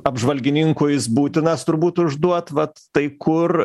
apžvalgininkų jis būtinas turbūt užduot vat tai kur